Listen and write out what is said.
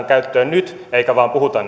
käyttöön nyt eikä vain puhuta